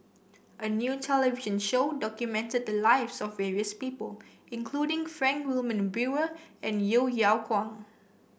a new television show documented the lives of various people including Frank Wilmin Brewer and Yeo Yeow Kwang